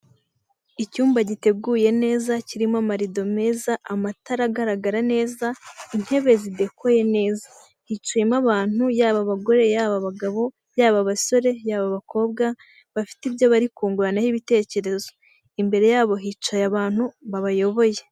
Icyumba giteguye neza kirimo amarido meza amatara agaragara neza, intebe zidekoye neza hiciyemo abantu yaba abagore, yaba abagabo yaba abasore, yaba abakobwa bafite ibyo bari kunguranaho ibitekerezo imbere yabo hicaye abantu babayoboye.